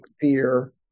fear